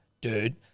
Dude